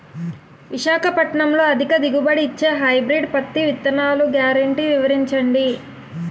విశాఖపట్నంలో అధిక దిగుబడి ఇచ్చే హైబ్రిడ్ పత్తి విత్తనాలు గ్యారంటీ వివరించండి?